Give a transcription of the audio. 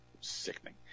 Sickening